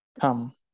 come